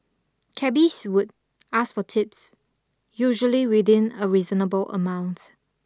cabbies would ask for tips usually within a reasonable amount